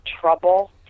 trouble